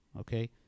okay